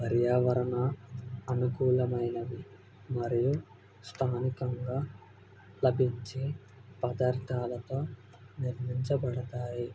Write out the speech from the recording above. పర్యావరణ అనుకూలమైనవి మరియు స్థానికంగా లభించే పదార్థాలతో నిర్మించబడతాయి